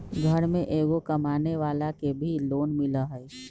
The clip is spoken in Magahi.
घर में एगो कमानेवाला के भी लोन मिलहई?